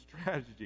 strategy